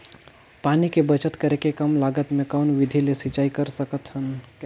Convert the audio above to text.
पानी के बचत करेके कम लागत मे कौन विधि ले सिंचाई कर सकत हन?